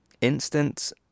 instance